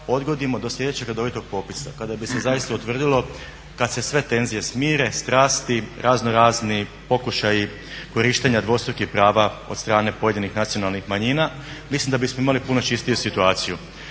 odgodimo do sljedećeg redovitog popisa kada bi se zaista utvrdilo, kad se sve tenzije smire, strasti, razno razni pokušaji korištenja dvostrukih prava od strane pojedinih nacionalnih manjina mislim da bismo imali puno čistiju situaciju.